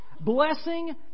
blessing